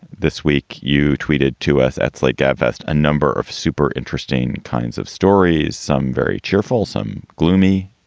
this week you tweeted to us at slate gabfest. a number of super interesting kinds of stories, some very cheerful, some gloomy.